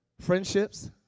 Friendships